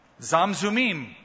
Zamzumim